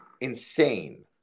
insane